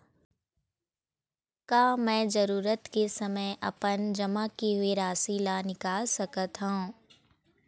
का मैं जरूरत के समय अपन जमा किए हुए राशि ला निकाल सकत हव?